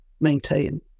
maintain